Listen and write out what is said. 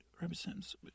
represents